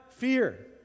fear